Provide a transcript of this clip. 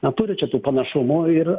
na turi čia tų panašumų ir